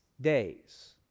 days